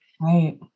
Right